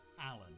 Alan